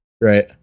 Right